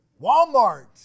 Walmart